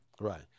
Right